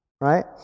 Right